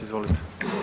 Izvolite.